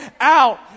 out